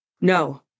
No